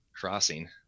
crossing